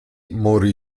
morì